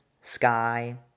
sky